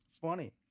funny